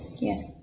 yes